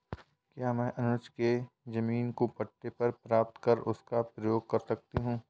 क्या मैं अनुज के जमीन को पट्टे पर प्राप्त कर उसका प्रयोग कर सकती हूं?